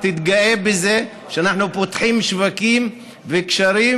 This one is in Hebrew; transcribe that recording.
תתגאה בזה שאנחנו פותחים שווקים וקשרים